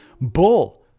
bull